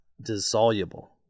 dissoluble